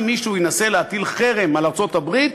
אם מישהו ינסה להטיל חרם על ארצות-הברית,